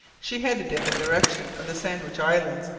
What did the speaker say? she headed in the direction of the sandwich islands,